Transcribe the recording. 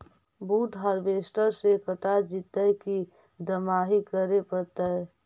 बुट हारबेसटर से कटा जितै कि दमाहि करे पडतै?